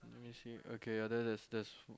let me see okay uh there there's there's